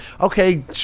okay